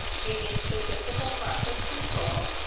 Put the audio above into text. meaning statistical process controls